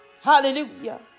Hallelujah